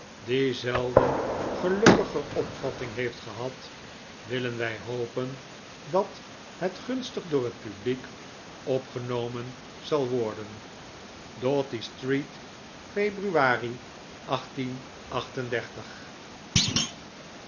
die zelden gelukkiger opvatting heeft gehad willen wij hopen dat het gunstig door het publiek opgenomen zal worden doughty street februari